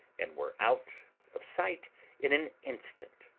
and were out of sight in an instant.